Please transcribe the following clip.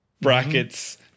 brackets